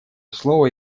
слово